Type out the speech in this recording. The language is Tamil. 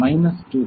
மைனஸ் 2